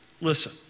listen